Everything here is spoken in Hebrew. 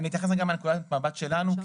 לנקודת המבט שלנו,